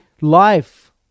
life